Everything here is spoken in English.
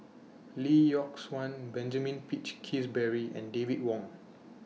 Lee Yock Suan Benjamin Peach Keasberry and David Wong